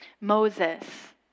Moses